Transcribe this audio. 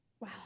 wow